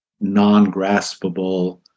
non-graspable